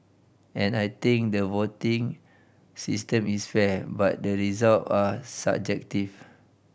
and I think the voting system is fair but the result are subjective